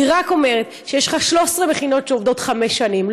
אני רק אומרת שיש לך 13 מכינות שעובדות חמש שנים,